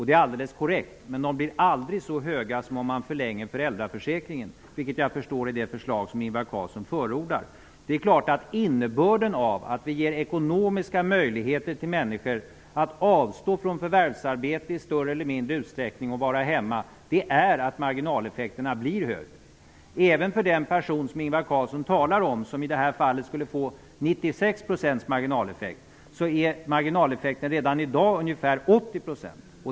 Det är alldeles korrekt, men de blir aldrig så höga som om man förlänger föräldraförsäkringen, vilket jag förstår är det förslag som Ingvar Carlsson förordar. Det är klart att innebörden av att vi ger ekonomiska möjligheter till människor att avstå från förvärvsarbete i större eller mindre utsträckning och vara hemma är att marginaleffekterna blir högre. Även för den person som Ingvar Carlsson talade om, som i det här fallet skulle få 96 % marginaleffekt, är marginaleffekten redan i dag ungefär 80 %.